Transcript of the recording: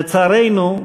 לצערנו,